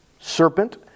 serpent